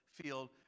field